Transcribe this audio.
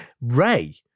Ray